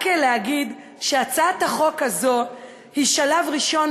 רק להגיד שהצעת החוק הזאת היא שלב ראשון